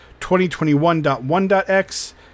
2021.1.x